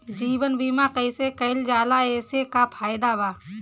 जीवन बीमा कैसे कईल जाला एसे का फायदा बा?